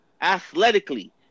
Athletically